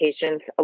patients